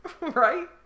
Right